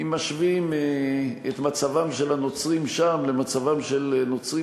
אם משווים את מצבם של הנוצרים שם למצבם של נוצרים